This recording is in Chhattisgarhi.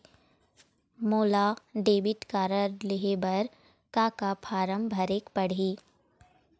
मोला डेबिट कारड लेहे बर का का फार्म भरेक पड़ही?